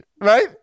right